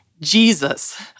Jesus